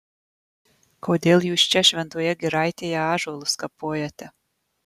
kodėl jūs čia šventoje giraitėje ąžuolus kapojate